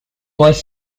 was